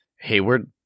Hayward